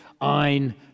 Ein